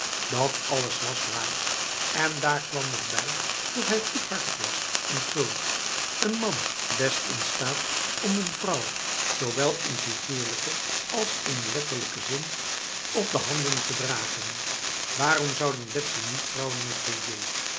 dat alles was waar en daar kwam nog bij dat hij goedhartig was en gul een man best in staat om een vrouw zowel in figuurlijke als in letterlijke zin op de handen te dragen waarom zou dan betsy niet trouwen met